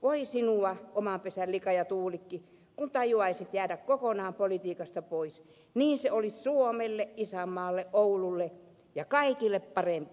voi sinua oman pesän likaaja tuulikki kun tajuaisit jäädä kokonaan politiikasta pois niin se olisi suomelle isänmaalle oululle ja kaikille parempi